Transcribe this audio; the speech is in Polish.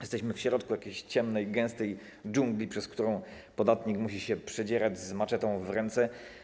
Jesteśmy w środku ciemnej, gęstej dżungli, przez którą podatnik musi się przedzierać z maczetą w ręce.